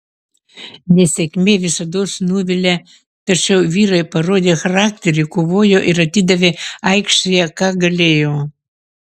nesėkmė visados nuvilia tačiau vyrai parodė charakterį kovojo ir atidavė aikštėje ką galėjo